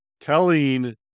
telling